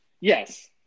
Yes